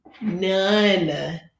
None